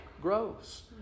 grows